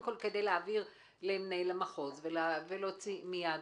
כל כדי להעביר למנהל המחוז ולהוציא מייד.